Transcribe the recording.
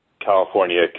California